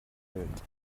welt